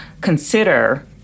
consider